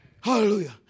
Hallelujah